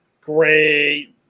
great